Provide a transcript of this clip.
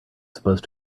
supposed